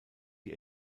die